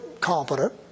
competent